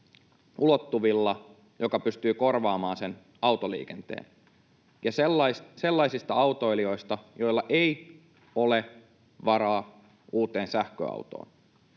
ulottuvilla, joka pystyy korvaamaan sen autoliikenteen, ja sellaisista autoilijoista, joilla ei ole varaa uuteen sähköautoon.